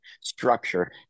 structure